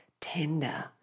tender